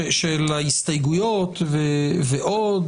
ההסתייגויות ועוד,